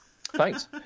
Thanks